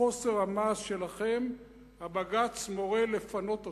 חוסר המעש שלכם הבג"ץ מורה לפנות אותה.